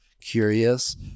curious